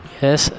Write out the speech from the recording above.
yes